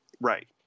Right